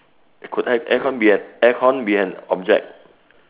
could a~ aircon be an aircon be an object